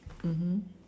mmhmm